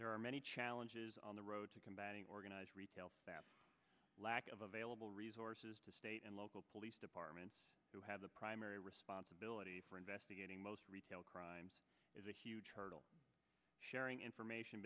there are many challenges on the road to combating organized lack of available resources to state and local police departments who have the primary responsibility for investigating most retail crimes is a huge hurdle sharing information